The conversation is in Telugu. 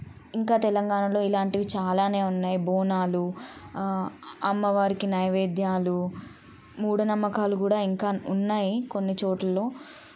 ఇంకా తెలంగాణలో ఇలాంటివి చాలానే ఉన్నాయి బోనాలు అమ్మవారికి నైవేద్యాలు మూఢ నమ్మకాలు కూడా ఇంకా ఉన్నాయి కొన్ని చోట్లలో